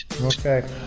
Okay